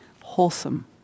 wholesome